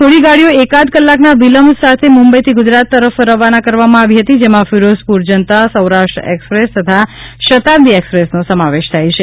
થોડી ગાડીઓ એકાદ કલાકના વિલંબ સાથે મુંબઇથી ગુજરાત તરફ રવાના કરવામાં આવી હતી જેમાં ફિરોઝપુર જનતા સૌરાષ્ટ્ર એક્સપ્રેસ તથા શતાબ્દિ એક્સપ્રેસનો સમાવેશ થાય છે